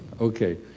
Okay